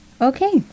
Okay